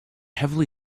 heavily